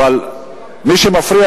אבל מי שמפריע,